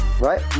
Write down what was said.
right